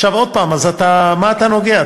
עכשיו, עוד פעם, אז במה אתה נוגע?